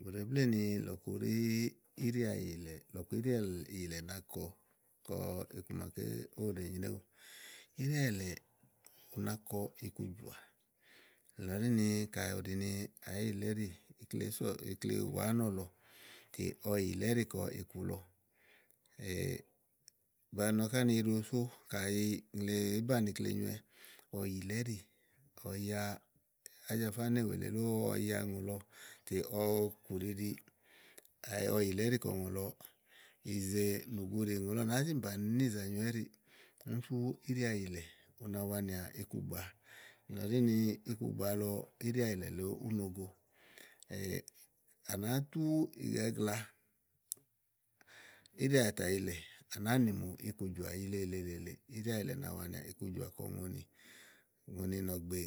Bùɖe bléè ni lɔ̀ku ɖí íɖìàyìlɛ lɔ̀ku íɖìàyìlɛ na kɔ, kɔ iku maké ówo ɖèe nyréwu íɖìàyìlɛ, u na kɔ ikujɔ̀à nìlɔ ɖínì kayi ù ɖini àá yilɛ íɖì ikle èé sɔ, ikle wàa ánɔ̀lɔ tè ɔwɔ yìlɛ̀ íɖì kɔ iku lɔ ba nɔ ká ni íɖosó kàyi ùŋle èé banìi ikle nyowɛ ɔwɔ yìlɛ íɖì ɔwɔ ya ájafá nèwù èle lóo ɔwɔ ya ùŋòlɔ tè ɔwɔ kù ɖiɖi ɔwɔ yìlì íɖì kɔ ùŋò, ìzè nùguɖì ùŋò lɔ nàáa zimì bàni níìza nyowɛɛ̀ ɖìì, úni sú íɖìàyìlɛ úna wanìà ikugbàa, unà zinì ikugbàalɔ íɖìàyìlɛ úno go à nàáá tú igagla íɖìàtàyìlɛ à nàáa nì mù ikujɔ̀à yìle yìle yìle yìle. íɖìàyìlɛ̀ nàa wa nìà ikujɔ̀à kɔ ùŋonì, ùŋonì nɔ̀gbè,